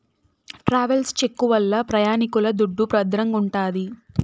travels cheque వల్ల ప్రయాణికుల దుడ్డు భద్రంగుంటాది